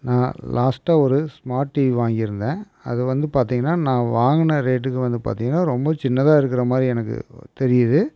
நான் லாஸ்ட்டாக ஒரு ஸ்மார்ட் டிவி வாங்கியிருந்தேன் அது வந்து பார்த்தீங்கனா நான் வாங்கின ரேட்டுக்கு வந்து பார்த்தீங்கனா ரொம்ப சின்னதாக இருக்கிற மாதிரி எனக்கு தெரியுது